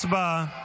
הצבעה.